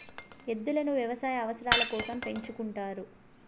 ఎద్దులను వ్యవసాయ అవసరాల కోసం పెంచుకుంటారు